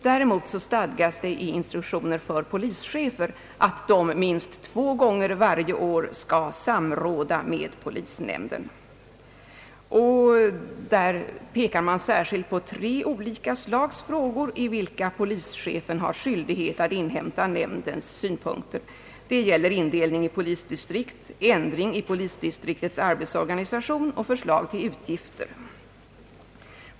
Däremot stadgas i instruktionen för polischefer att de minst två gånger varje år skall samråda med polisnämnden. Där pekar man särskilt på tre olika slags frågor, i vilka polischefen har skyldighet att inhämta nämndens synpunkter. Det gäller indelning i polisdistrikt, ändring i polisdistriktets arbetsorganisation och förslag till utgifter.